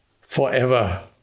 forever